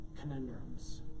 conundrums